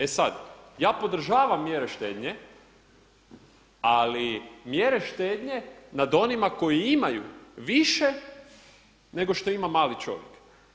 E sada, ja podržavam mjere štednje, ali mjere štednje nad onima koji imaju više nego što ima mali čovjek.